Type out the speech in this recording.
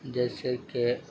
جیسے کہ